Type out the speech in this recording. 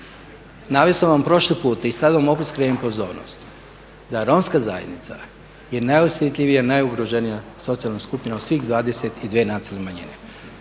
naveo sam vam prošli puta i sad vam opet skrećem pozornost da romska zajednica je najosjetljivija, najugroženija socijalna skupina od svih 22 nacionalne manjine.